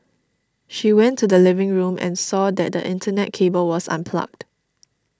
she went to the living room and saw that the Internet cable was unplugged